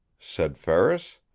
said ferris.